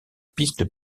piste